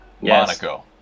Monaco